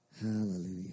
Hallelujah